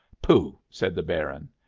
pooh! said the baron.